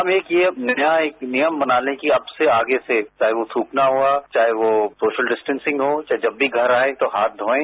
हम एक नियम बना लें कि अब से आगे से चाहे वह थ्रूकना हुआ चाहे वह सोचल डिस्टेसिंग हो चाहे जब भी घर आएं तो हाथ धोएं